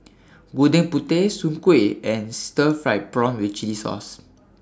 Gudeg Putih Soon Kueh and Stir Fried Prawn with Chili Sauce